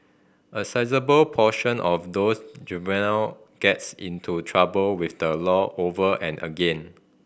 a sizeable proportion of these juvenile gets into trouble with the law over and again